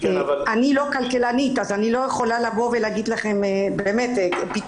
אני לא כלכלנית ואני לא יכולה לתת פתרון.